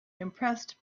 impressed